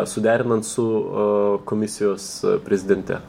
suderinant su komisijos prezidente